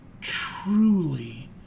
truly